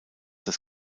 das